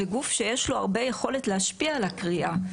וגוף שיש לו הרבה יכולת להשפיע על הקריאה,